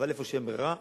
אבל איפה שאין ברירה,